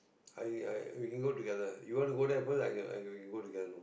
I I we can go together you want to go there first I can I can go together no